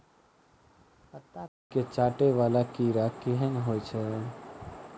पत्ता कोबी केँ चाटय वला कीड़ा केहन होइ छै?